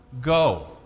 go